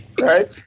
Right